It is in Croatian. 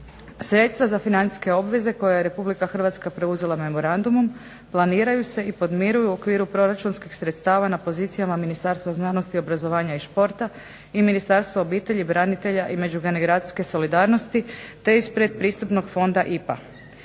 Sredstva za financijske obveze koje je RH preuzela memorandumom planiraju se i podmiruju u okviru proračunskih sredstava na pozicijama Ministarstva znanosti, obrazovanja i športa i Ministarstva obitelji, branitelja i međugeneracijske solidarnosti te ispred pristupnog Fonda IPA.